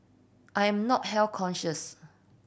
I am not health conscious